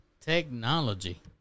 Technology